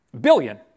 Billion